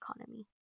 economy